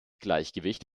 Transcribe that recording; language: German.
gleichgewicht